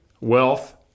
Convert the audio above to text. wealth